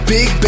Big